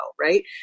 Right